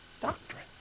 doctrine